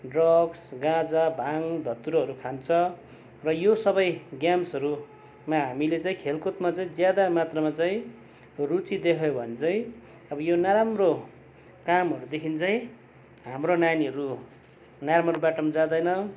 drugs गाँजा भाङ धतुरोहरू खान्छ र यो सबै गेम्सहरूमा चाहिँ हामीले खेलकुदमा चाहिँ ज्यादा मात्रामा चाहिँ रुचि देखायौँ भने चाहिँ अब यो नराम्रो कामहरूदेखि चाहिँ हाम्रो नानीहरू नराम्रो बाटोमा जाँदैन